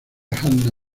hanna